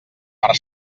per